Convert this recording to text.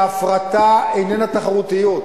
שההפרטה איננה תחרותיות,